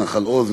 נחל-עוז,